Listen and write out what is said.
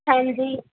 ਹਾਂਜੀ